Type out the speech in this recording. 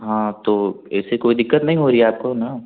हाँ तो ऐसी कोई दिक्कत नहीं हो रही आपको ना